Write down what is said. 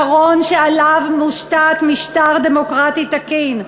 עיקרון שעליו מושתת משטר דמוקרטי תקין.